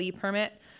permit